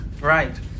Right